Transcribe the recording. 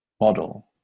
model